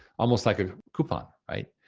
almost like a coupon, right?